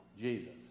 Jesus